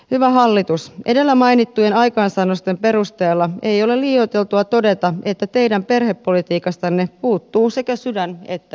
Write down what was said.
hyvä hallitus edellä mainittujen aikaansaannosten perusteella ei ole liioiteltua todeta että teidän perhepolitiikastanne puuttuu sekä sydän että järki